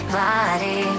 body